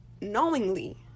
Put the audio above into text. knowingly